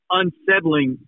unsettling